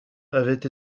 avait